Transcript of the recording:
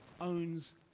owns